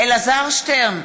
אלעזר שטרן,